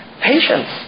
Patience